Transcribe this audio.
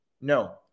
No